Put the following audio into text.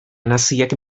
naziek